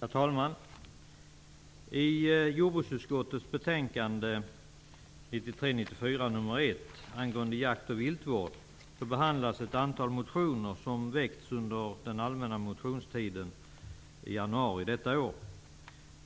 Herr talman! I jordbruksutskottets betänkande 1993/94:JoU1 angående jakt och viltvård behandlas ett antal motioner som väckts under den allmänna motionstiden i januari detta år.